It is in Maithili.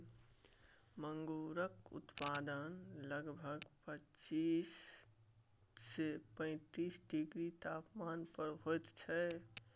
मूंगक उत्पादन लगभग पच्चीस सँ पैतीस डिग्री तापमान पर होइत छै